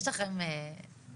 יש לכם --- לא,